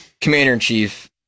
Commander-in-Chief